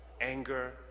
anger